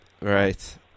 Right